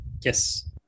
Yes